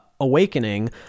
Awakening